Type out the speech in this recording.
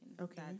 Okay